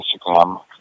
Instagram